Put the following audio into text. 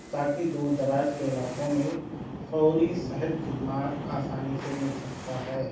تاکہ دور دراز کے علاقوں میں فوری صحت خدمات آسانی سے مل سکتا ہے